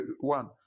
one